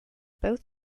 both